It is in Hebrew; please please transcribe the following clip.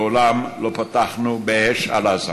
מעולם לא פתחנו באש על עזה,